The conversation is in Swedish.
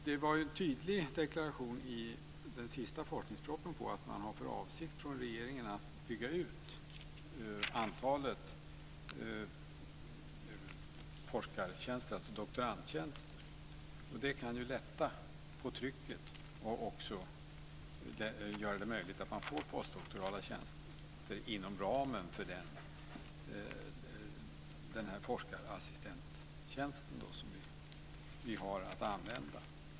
Det var en tydlig deklaration i den senaste forskningspropositionen om att regeringen har för avsikt att bygga ut antalet forskartjänster, alltså doktorandtjänster. Det kan ju lätta på trycket och även göra det möjligt att få postdoktorala tjänster inom ramen för den forskarassistenttjänst vi har att använda.